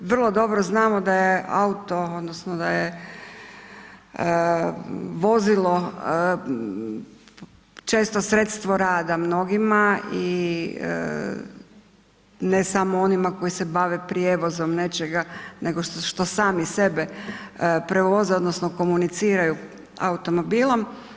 Vrlo dobro znamo da je auto, odnosno da je vozilo često sredstvo rada mnogima i ne samo onima koji se bave prijevozom nečega, nego što sami sebe prevoze odnosno komuniciraju automobilom.